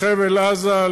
לחבל-עזה,